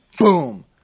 boom